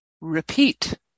Repeat